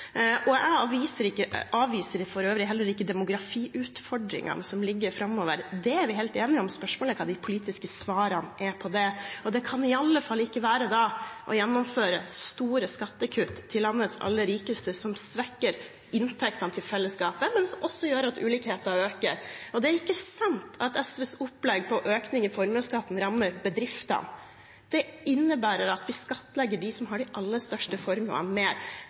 for øvrig heller ikke demografiutfordringene som ligger der framover. Det er vi helt enige om. Spørsmålet er hva de politiske svarene på det er. Det kan i alle fall ikke være å gjennomføre store skattekutt til landets aller rikeste, noe som svekker inntektene til fellesskapet, og som også gjør at ulikheter øker. Det er ikke sant at SVs opplegg for økning i formuesskatten rammer bedrifter. Det innebærer at vi skattlegger dem som har de aller største formuene, mer.